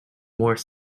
more